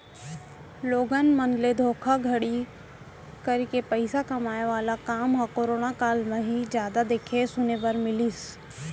लोगन मन ले धोखाघड़ी करके पइसा कमाए वाला काम ह करोना काल म ही जादा देखे सुने बर मिलिस